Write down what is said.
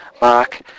Mark